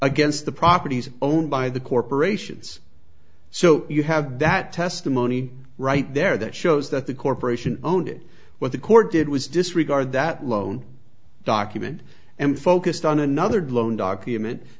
against the properties owned by the corporations so you have that testimony right there that shows that the corporation owned it what the court did was disregard that loan document and focused on another loan document